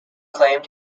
claimed